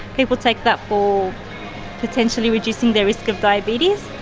people take that for potentially reducing their risk of diabetes.